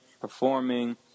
performing